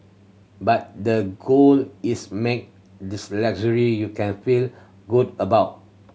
but the goal is make this luxury you can feel good about